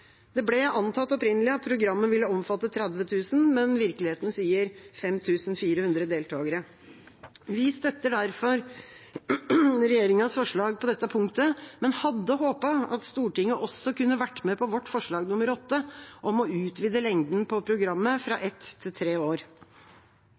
Det ble antatt opprinnelig at programmet ville omfatte 30 000, men virkeligheten sier 5 400 deltagere. Vi støtter derfor regjeringas forslag på dette punktet, men hadde håpet at Stortinget også kunne vært med på vårt forslag, forslag nr. 8, om å utvide lengden på programmet fra